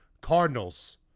Cardinals